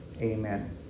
Amen